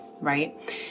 right